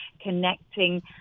connecting